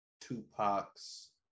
Tupac's